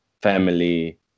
family